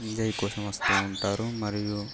enjoy కోసం వస్తూ ఉంటారు మరియు